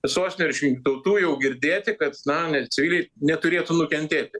sostinių ir iš jung tautų jau girdėti kad na ne civiliai neturėtų nukentėti